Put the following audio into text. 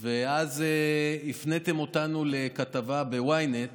אז הפניתם אותנו לכתבה ב-ynet